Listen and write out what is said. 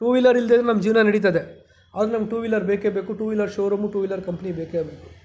two wheeler ಇಲ್ದೇನು ನಮ್ಮ ಜೀವನ ನಡೀತದೆ ಆದ್ರೂ ನಮಗೆ ಟೂ ವೀಲರ್ ಬೇಕೇ ಬೇಕು two wheeler showroom two wheeler company ಬೇಕೇ ಬೇಕು